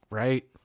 right